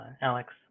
Alex